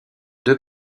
deux